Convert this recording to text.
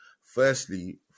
Firstly